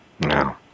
No